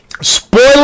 spoiler